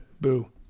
boo